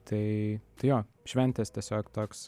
tai jo šventės tiesiog toks